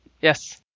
Yes